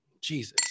Jesus